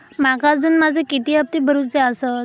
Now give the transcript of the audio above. माका अजून माझे किती हप्ते भरूचे आसत?